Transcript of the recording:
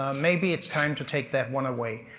um maybe it's time to take that one away.